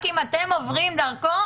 רק אם אתם עוברים דרכו,